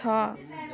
छ